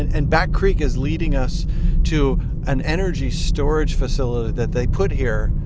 and and back creek is leading us to an energy storage facility that they put here,